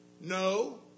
No